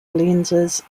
lenses